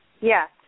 Yes